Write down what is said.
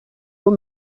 haut